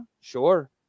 sure